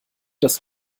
das